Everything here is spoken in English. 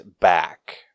back